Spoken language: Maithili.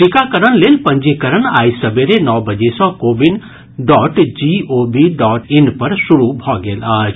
टीकाकरण लेल पंजीकरण आइ सबेरे नओ बजे सँ CoWIN dot G O V dot in पर शुरू भऽ गेल अछि